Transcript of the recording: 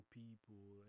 people